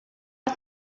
hai